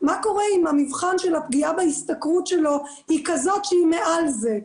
מה קורה אם המבחן של הפגיעה בהשתכרות שלו היא מעל זה,